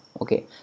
okay